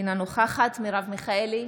אינה נוכחת מרב מיכאלי,